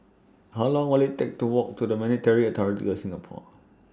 How Long Will IT Take to Walk to The Monetary Authority of Singapore